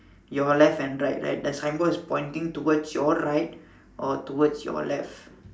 your left and right right the signboard is pointing towards your right or towards your left